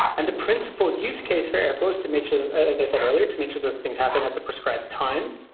and the principal use case for airflow is to make sure that as i said earlier, to make sure that things happen at the prescribed time,